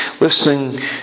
listening